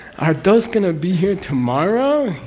are those going to be here tomorrow?